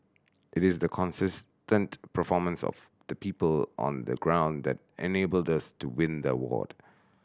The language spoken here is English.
it is the consistent performance of the people on the ground that enabled thus to win the award